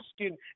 asking